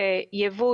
ייבוא